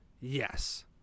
Yes